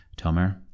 Tomer